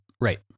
Right